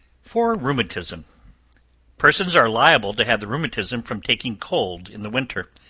for rheumatism persons are liable to have the rheumatism from taking cold in the winter.